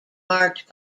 marked